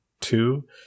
two